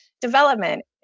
development